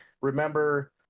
remember